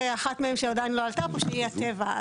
ואחת מהן שעדיין לא עלתה פה שהיא הטבע.